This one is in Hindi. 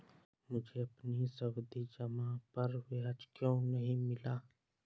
मुझे अपनी सावधि जमा पर ब्याज क्यो नहीं मिला?